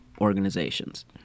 organizations